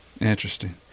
Interesting